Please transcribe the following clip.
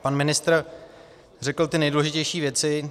Pan ministr řekl ty nejdůležitější věci.